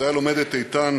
ישראל עומדת איתן